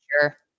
Sure